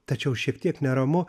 tačiau šiek tiek neramu